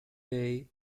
day